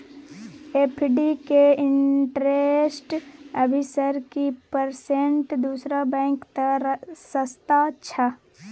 FD के interest अभी सर की परसेंट दूसरा बैंक त सस्ता छः?